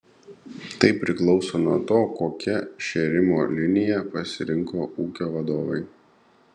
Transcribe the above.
tai priklauso nuo to kokią šėrimo liniją pasirinko ūkio vadovai